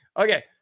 Okay